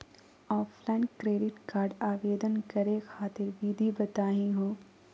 Offline credit card आवेदन करे खातिर विधि बताही हो?